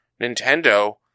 Nintendo